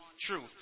truth